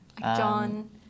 John